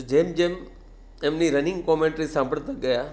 તો જેમ જેમ એમની રનિંગ કોમેન્ટરી સાંભળતા ગયા